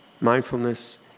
mindfulness